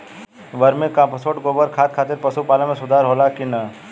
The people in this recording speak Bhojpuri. वर्मी कंपोस्ट गोबर खाद खातिर पशु पालन में सुधार होला कि न?